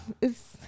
it's-